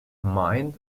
mind